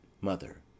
Mother